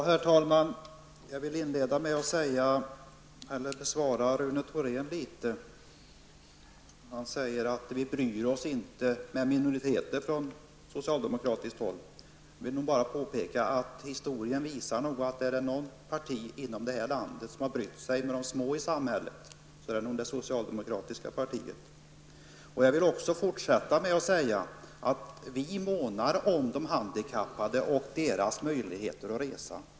Herr talman! Inledningsvis vill jag helt kort ge ett svar till Rune Thorén. Han säger att vi socialdemokrater inte bryr oss om minoriteter. Då vill jag göra följande påpekande. Historien visar väl att om det är något parti i vårt land som har brytt sig om de små i samhället, så är det nog det socialdemokratiska partiet. Vidare vill jag säga att vi månar om de handikappade och deras möjligheter att resa.